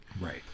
Right